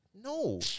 No